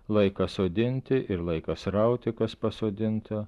laikas sodinti ir laikas rauti kas pasodinta